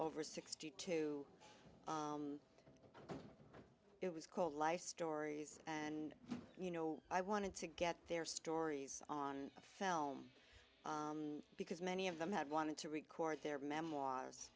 over sixty two it was called life stories and you know i wanted to get their stories on film because many of them had wanted to record their memoirs